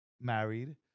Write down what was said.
married